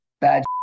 bad